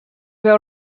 veu